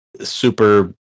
super